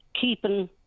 keeping